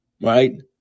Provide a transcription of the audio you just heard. right